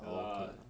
ya lah